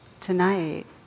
tonight